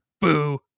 boo